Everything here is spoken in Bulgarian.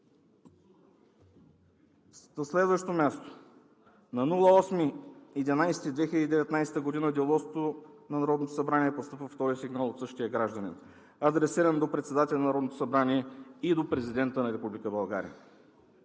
следващо място, на 8 ноември 2019 г. в Деловодството на Народното събрание постъпва втори сигнал от същия гражданин, адресиран до председателя на Народното събрание и до Президента на Република България.